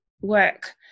work